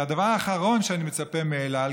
והדבר האחרון שאני מצפה מאל על,